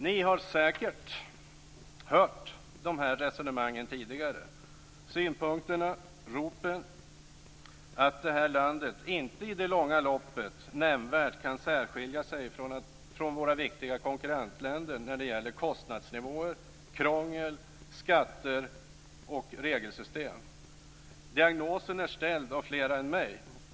Ni har säkert tidigare hört de här resonemangen och synpunkterna och ropen att vi i det här landet inte i det långa loppet nämnvärt kan särskilja oss från våra viktiga konkurrentländer när det gäller kostnadsnivåer, krångel, skatter och regelsystem. Diagnosen är ställd av fler än jag.